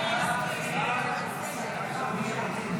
44 בעד, 54 נגד.